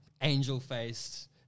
angel-faced